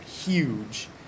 huge